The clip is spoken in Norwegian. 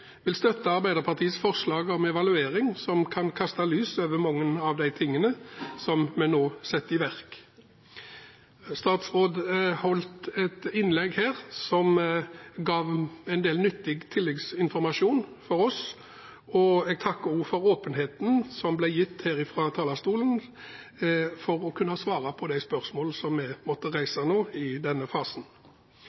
vil støtte Arbeiderpartiets forslag om evaluering som kan kaste lys over mange av de tingene som vi nå setter i verk. Statsråden holdt et innlegg her som ga en del nyttig tilleggsinformasjon for oss, og jeg takker også for åpenheten som ble gitt her fra talerstolen for å kunne svare på de spørsmål som vi måtte reise nå i denne fasen.